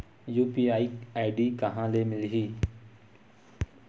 UPI ID कहां ले मिलही?